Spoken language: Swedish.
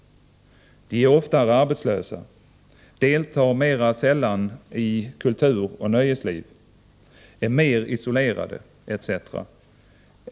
De är oftare arbetslösa, deltar mera sällan i kulturoch nöjesliv, är mer isolerade etc.